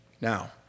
Now